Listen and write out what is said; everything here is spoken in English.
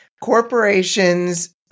corporations